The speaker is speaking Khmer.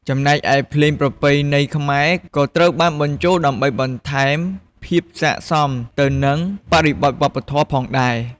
ចំណែកឯភ្លេងប្រពៃណីខ្មែរក៏ត្រូវបានបញ្ចូលដើម្បីបន្ថែមភាពស័ក្តិសមទៅនឹងបរិបទវប្បធម៌ផងដែរ ។